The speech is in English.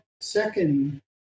second